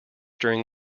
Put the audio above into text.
during